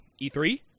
E3